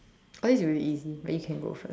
oh this is really easy but you can go first